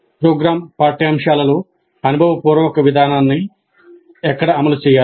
programme పాఠ్యాంశాల్లో అనుభవపూర్వక విధానాన్ని ఎక్కడ అమలు చేయాలి